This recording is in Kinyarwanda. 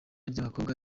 ry’abakobwa